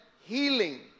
healing